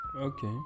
Okay